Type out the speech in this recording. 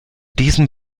diesen